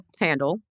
handle